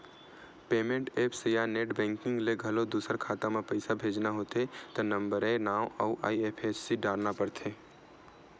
payment apps या net banking ले घलो दूसर खाता म पइसा भेजना होथे त नंबरए नांव अउ आई.एफ.एस.सी डारना परथे